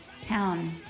town